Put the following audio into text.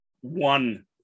one